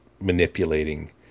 manipulating